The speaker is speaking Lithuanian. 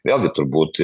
vėlgi turbūt